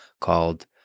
called